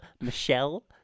Michelle